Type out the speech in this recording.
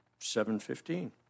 715